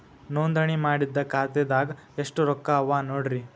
ನೋಂದಣಿ ಮಾಡಿದ್ದ ಖಾತೆದಾಗ್ ಎಷ್ಟು ರೊಕ್ಕಾ ಅವ ನೋಡ್ರಿ